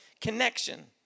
connection